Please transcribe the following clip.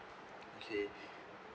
okay